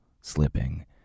slipping